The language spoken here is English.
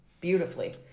beautifully